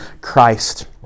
Christ